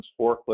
forklift